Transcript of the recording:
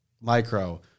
micro